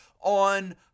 on